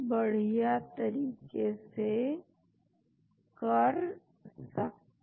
तो सबसे पहले आपने इस खास संरचना के साथ शुरू किया जिसके पास एंटीथ्रांबोटिक एक्टिविटी है और जो क्लिनिकल ट्रायल्स में है